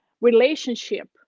relationship